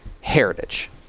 Heritage